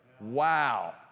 Wow